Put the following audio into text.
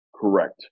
Correct